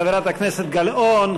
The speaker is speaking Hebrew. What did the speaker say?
חברת הכנסת גלאון.